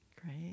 Great